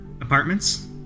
apartments